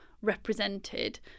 represented